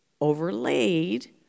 overlaid